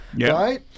Right